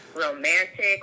romantic